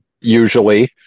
Usually